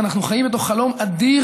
אנחנו חיים בתוך חלום אדיר,